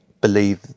believe